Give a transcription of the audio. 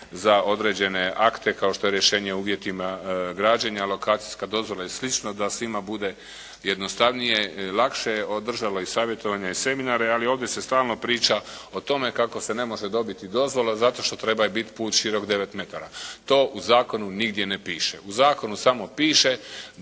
za određene akte kao što je rješenje o uvjetima građenja, lokacijska dozvola i slično, da svima bude jednostavnije, lakše. Održalo je savjetovanje i seminare, ali ovdje se stalno priča o tome kako se ne može dobiti dozvola zato što trebaju biti put širok 9 metara. To u zakonu nigdje ne piše. U zakonu samo piše